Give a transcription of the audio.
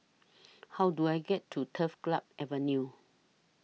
How Do I get to Turf Club Avenue